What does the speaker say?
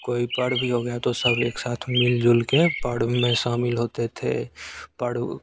कोई पर्व भी हो गया तो सब एक साथ मिलजुल कर पर्व में शामिल होते थे पर्व